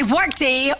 Workday